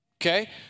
Okay